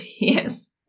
Yes